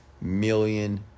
million